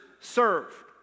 serve